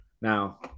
now